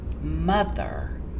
mother